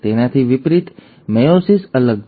તેનાથી વિપરીત મેયોસિસ અલગ છે